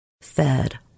fed